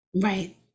Right